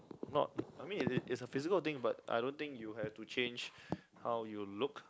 not I mean is it it's a physical thing but I don't think you have to change how you look